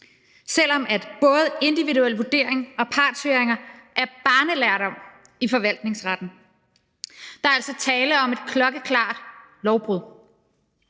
selv om både individuel vurdering og partshøringer er børnelærdom i forvaltningsretten. Der er altså tale om et klokkeklart lovbrud,